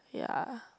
ya